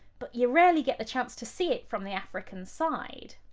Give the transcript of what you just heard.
but you rarely get the chance to see it from the african side.